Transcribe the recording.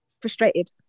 frustrated